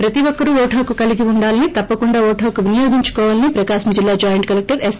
ప్రతి ఒక్కరూ ఓటు హక్కు కలిగి ఉండాలని తప్పకుండా ఓటు హక్కు వినియోగించుకోవాలని ప్రకాశం జిల్లా జాయింట్ కలెక్టర్ ఎస్